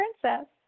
Princess